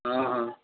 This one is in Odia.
ହଁ ହଁ